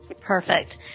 perfect